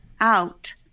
out